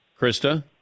Krista